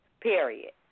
period